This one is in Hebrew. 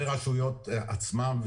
רשויות עצמן,